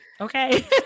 Okay